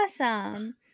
awesome